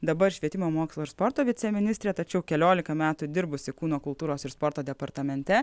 dabar švietimo mokslo ir sporto viceministrė tačiau keliolika metų dirbusi kūno kultūros ir sporto departamente